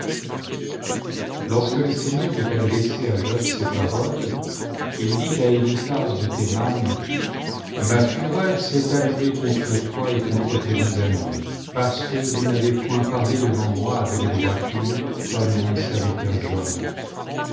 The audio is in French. lorsque le seigneur eut adressé à job ces paroles il dit à éliphaz de théman ma fureur s'est allumée contre toi et contre tes deux amis parce que vous n'avez point parlé devant moi avec droiture comme mon serviteur job